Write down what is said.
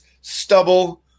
stubble